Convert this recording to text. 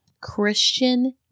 Christian